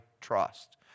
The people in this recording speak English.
trust